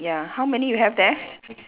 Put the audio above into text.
ya how many you have there